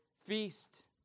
feast